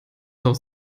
auch